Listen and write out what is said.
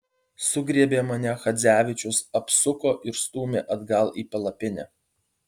sugriebė mane chadzevičius apsuko ir stūmė atgal į palapinę